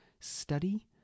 study